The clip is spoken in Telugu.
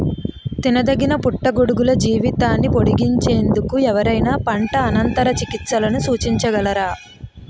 తినదగిన పుట్టగొడుగుల జీవితాన్ని పొడిగించేందుకు ఎవరైనా పంట అనంతర చికిత్సలను సూచించగలరా?